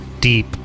deep